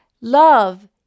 Love